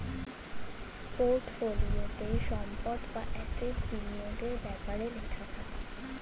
পোর্টফোলিওতে সম্পদ বা অ্যাসেট বিনিয়োগের ব্যাপারে লেখা থাকে